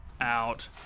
out